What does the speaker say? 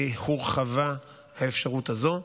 הורחבה האפשרות הזו.